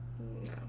No